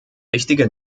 wichtige